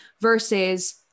versus